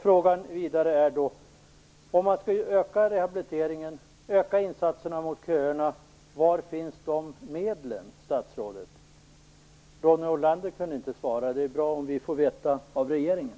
Frågan är vidare: Om man skulle öka rehabiliteringen och öka insatserna mot köerna, var finns de medlen, statsrådet? Ronny Olander kunde inte svara, och det är då bra om vi kan få veta det av regeringen.